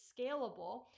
scalable